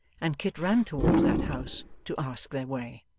and kit ran towards that house to ask their way.